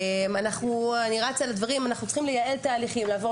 אנחנו צריכים לייעל תהליכים ולעבור